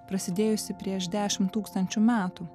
prasidėjusį prieš dešim tūkstančių metų